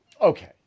Okay